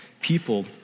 people